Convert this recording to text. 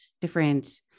different